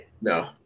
No